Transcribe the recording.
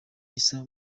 isa